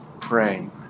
praying